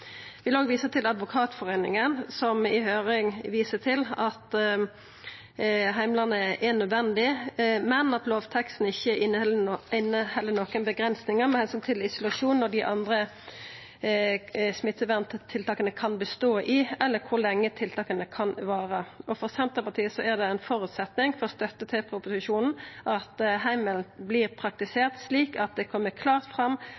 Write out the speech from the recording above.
vil òg visa til Advokatforeininga, som i høyringa viser til at heimelen er nødvendig, men at lovteksten ikkje inneheld nokon avgrensingar med omsyn til kva isolasjonen og dei andre smitteverntiltaka kan bestå i, eller kor lenge tiltaka kan vara. For Senterpartiet er det ein føresetnad for støtte til proposisjonen at heimelen vert praktisert slik at det kjem klart fram